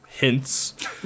hints